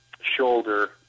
shoulder